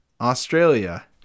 Australia